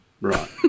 Right